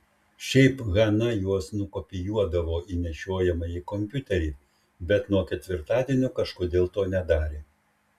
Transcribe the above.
šiaip hana juos nukopijuodavo į nešiojamąjį kompiuterį bet nuo ketvirtadienio kažkodėl to nedarė